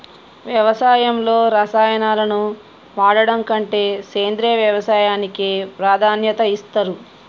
వ్యవసాయంలో రసాయనాలను వాడడం కంటే సేంద్రియ వ్యవసాయానికే ప్రాధాన్యత ఇస్తరు